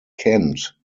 kent